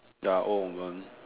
ya old woman